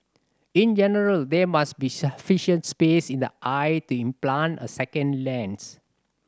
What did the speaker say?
in general there must be sufficient space in the eye to implant a second lens